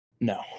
No